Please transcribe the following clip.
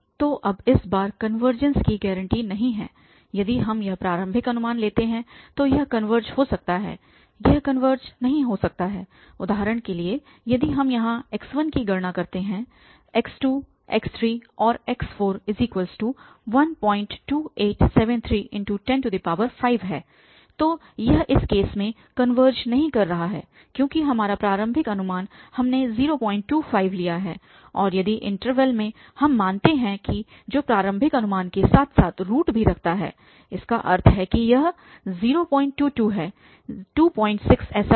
तो अब इस बार कनवर्जेंस की गारंटी नहीं है यदि हम यह प्रारंभिक अनुमान लेते हैं तो यह कनवर्ज हो सकता है यह कनवर्ज नहीं हो सकता है उदाहरण के लिए यदि हम यहाँ x1 की गणना करते हैं x2 x3 और x 12873×105 तो यह इस केस में कनवर्ज नहीं कर रहा है क्योंकि हमारा प्रारंभिक अनुमान हमने 025 लिया है और यदि इन्टरवल में हम मानते हैं कि जो प्रारंभिक अनुमान के साथ साथ रूट भी रखता है इसका अर्थ है कि यह 022 है 26 जेसा कुछ